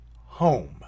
home